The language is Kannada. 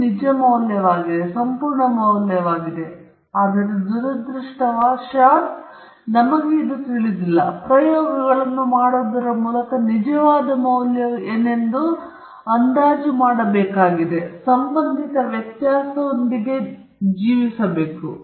ಇದು ನಿಜ ಮೌಲ್ಯವಾಗಿದೆ ಅದು ಸಂಪೂರ್ಣ ಮೌಲ್ಯವಾಗಿದೆ ಆದರೆ ದುರದೃಷ್ಟವಶಾತ್ ಅದು ನಮಗೆ ತಿಳಿದಿಲ್ಲ ಆದ್ದರಿಂದ ನಾವು ಪ್ರಯೋಗಗಳನ್ನು ಮಾಡುವುದರ ಮೂಲಕ ನಿಜವಾದ ಮೌಲ್ಯವು ಏನೆಂದು ಅಂದಾಜು ಮಾಡಬೇಕಾಗಿದೆ ಮತ್ತು ಸಂಬಂಧಿತ ವ್ಯತ್ಯಾಸದೊಂದಿಗೆ ಜೀವಿಸುತ್ತಿದೆ